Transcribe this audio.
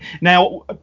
Now